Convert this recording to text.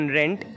rent